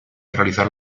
realizar